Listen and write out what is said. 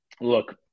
look